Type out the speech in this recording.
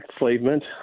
enslavement